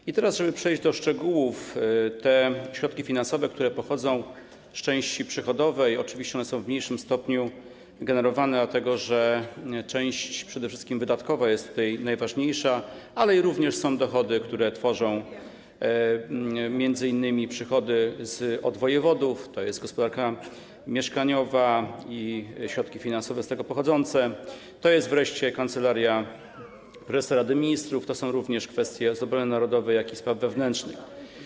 I teraz, przechodząc do szczegółów, te środki finansowe, które pochodzą z części przychodowej, oczywiście są w mniejszym stopniu generowane, dlatego że przede wszystkim część wydatkowa jest tutaj najważniejsza, ale również są dochody, które tworzą m.in. przychody od wojewodów, jest gospodarka mieszkaniowa i środki finansowe z tego pochodzące, jest wreszcie Kancelaria Prezesa Rady Ministrów i są również kwestie obrony narodowej, jak również spraw wewnętrznych.